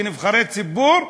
כנבחרי ציבור,